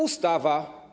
Ustawa.